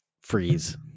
freeze